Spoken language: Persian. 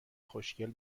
خوشگل